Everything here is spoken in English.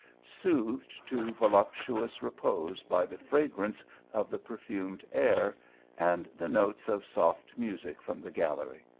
soothed to voluptuous repose by the fragrance of the perfumed air and the notes of soft music from the gallery.